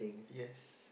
yes